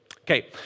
Okay